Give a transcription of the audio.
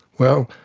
well,